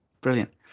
brilliant